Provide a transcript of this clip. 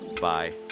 Bye